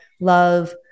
love